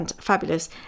fabulous